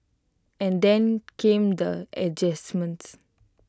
and then came the adjustments